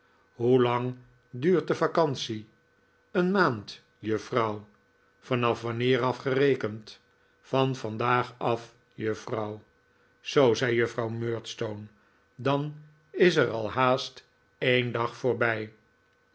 hoelang duurt de vacantie een maand juffrouw van wanneer af gerekend van vandaag af juffrouw zoo zei juffrouw murdstone dan is er al haast een dag voorbij